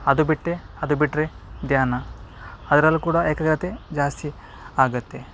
ಅದು ಬಿಟ್ಟೆ ಅದು ಬಿಟ್ಟರೆ ಧ್ಯಾನ ಅದರಲ್ಲೂ ಕೂಡ ಏಕಾಗ್ರತೆ ಜಾಸ್ತಿ ಆಗುತ್ತೆ